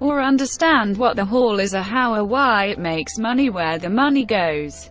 or understand what the hall is or how or why it makes money, where the money goes,